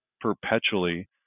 perpetually